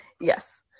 Yes